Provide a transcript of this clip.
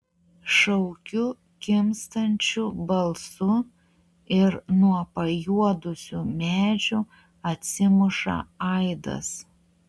šaukiu kimstančiu balsu ir nuo pajuodusių medžių atsimuša aidas